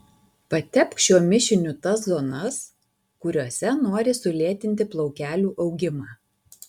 patepk šiuo mišiniu tas zonas kuriose nori sulėtinti plaukelių augimą